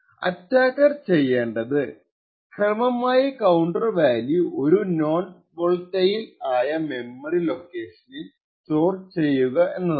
attacker ചെയ്യേണ്ടത് ക്രമമായി counter value ഒരു നോൺ വോളറ്റൈൽ ആയ മെമ്മറി ലൊക്കേഷനിൽ സ്റ്റോർ ചെയ്യുകയാണ്